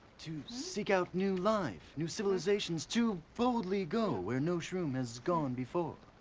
to seek out new life, new civilizations, to boldly go where no shroom has gone before.